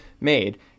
made